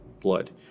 blood